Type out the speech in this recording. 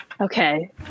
Okay